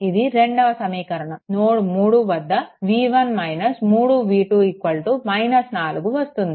ఇది రెండవ సమీకరణం నోడ్3 వద్ద v1 3v2 4 వస్తుంది